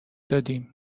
دادیم